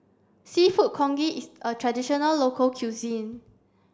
Seafood Congee is a traditional local cuisine